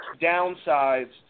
downsides